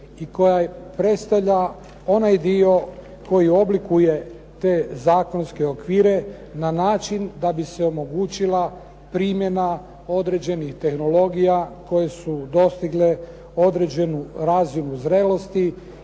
i koja predstavlja onaj dio koji oblikuje te zakonske okvire na način da bi se omogućila primjena određenih tehnologija koje su dostigle određenu razinu zrelosti